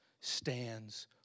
stands